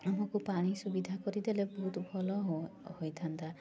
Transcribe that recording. ଆମକୁ ପାଣି ସୁବିଧା କରିଦେଲେ ବହୁତ ଭଲ ହୋଇଥାନ୍ତା